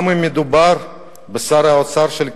גם אם מדובר בשר האוצר של קדימה,